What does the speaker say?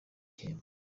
gihembo